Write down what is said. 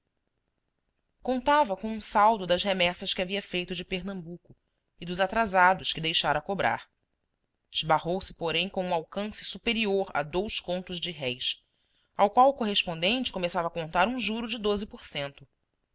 contava com um saldo das remessas que havia feito de pernambuco e dos atrasados que deixara a cobrar esbarrou se porém com um alcance superior a dous contos de réis ao qual o correspondente começava a contar um juro de